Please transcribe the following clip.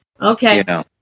Okay